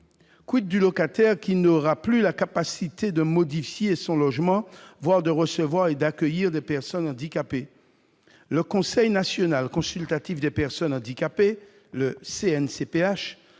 ? du locataire qui n'aura plus la capacité de modifier son logement, voire de recevoir et d'accueillir des personnes handicapées ? Le Conseil national consultatif des personnes handicapées, le CNCPH,